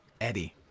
eddie